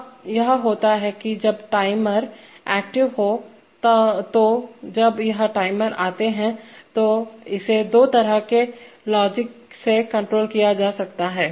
अब यह होता है जब टाइमर एक्टिव तो जब यह टाइमर आते हैं तो इसे दो तरह के लॉजिक से कंट्रोल किया जा सकता है